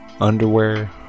underwear